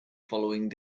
following